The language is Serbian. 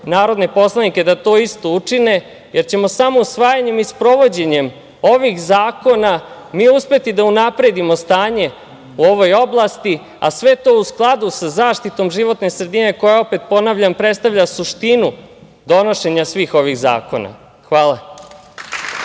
narodne poslanike da to isto učine, jer ćemo samo usvajanjem i sprovođenjem ovih zakona mi uspeti da unapredimo stanje u ovoj oblasti, a sve to u skladu sa zaštitom životne sredine koja predstavlja suštinu donošenja svih ovih zakona. Hvala.